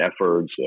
efforts